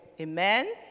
Amen